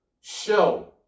show